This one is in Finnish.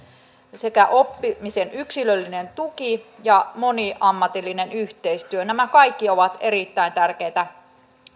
sekä oppimisen yksilöllinen tuki ja moniammatillinen yhteistyö nämä kaikki ovat erittäin tärkeitä